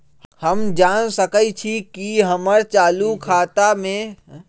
हम जान सकई छी कि हमर चालू खाता में पइसा बचल कितना हई